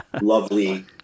lovely